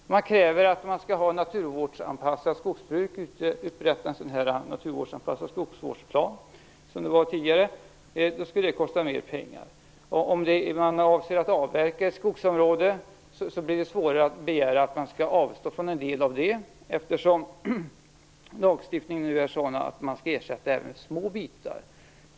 Om man kräver ett naturvårdsanpassat skogsbruk och upprättar en skogsvårdsplan skulle det kosta mer pengar. Om en skogsägare avser att avverka ett skogsområde blir det svårare att begära att han skall avstå från att avverka en del av området, eftersom lagstiftningen är sådan att även små områden skall ersättas.